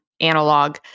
analog